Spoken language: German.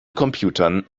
computern